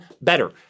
better